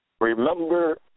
Remember